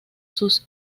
sus